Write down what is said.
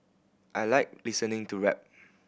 I like listening to rap